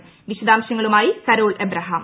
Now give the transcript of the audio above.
മി വിശദാംശങ്ങളുമായി Carol Abraham